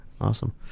awesome